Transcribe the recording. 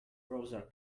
browser